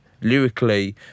lyrically